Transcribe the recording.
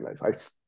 life